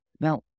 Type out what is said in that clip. Now